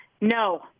No